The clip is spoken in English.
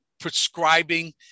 prescribing